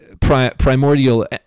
primordial